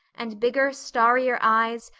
and bigger, starrier eyes,